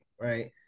right